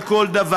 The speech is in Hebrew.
על כל דבר.